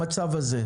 המצב הזה,